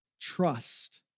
trust